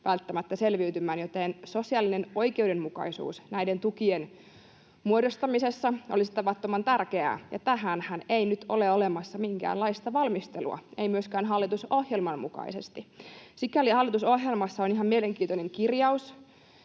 välttämättä selviytymään, joten sosiaalinen oikeudenmukaisuus näiden tukien muodostamisessa olisi tavattoman tärkeää. Tähänhän ei nyt ole olemassa minkäänlaista valmistelua, ei myöskään hallitusohjelman mukaisesti. Sikäli hallitusohjelmassa on ihan mielenkiintoinen kirjaus,